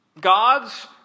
God's